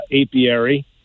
apiary